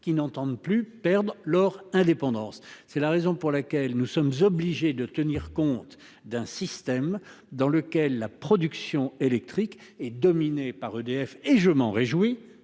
qui n'entendent plus perdre leur indépendance. C'est la raison pour laquelle nous sommes obligés de tenir compte d'un système dans lequel la production électrique est dominé par EDF. Et je m'en réjouis